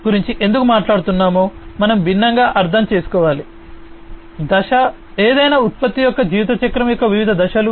గురించి ఎందుకు మాట్లాడుతున్నామో మనం భిన్నంగా అర్థం చేసుకోవాలి దశ ఏదైనా ఉత్పత్తి యొక్క జీవితచక్రం యొక్క వివిధ దశలు